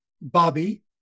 Bobby